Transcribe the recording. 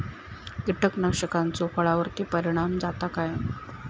कीटकनाशकाचो फळावर्ती परिणाम जाता काय?